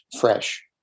fresh